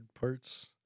parts